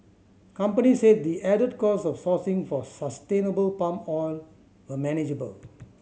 companies said the added cost of sourcing for sustainable palm oil were manageable